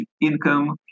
income